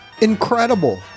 Incredible